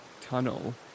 tunnel